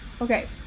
Okay